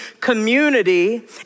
community